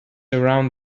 around